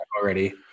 already